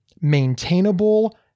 maintainable